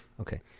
okay